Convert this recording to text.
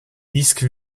disques